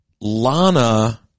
Lana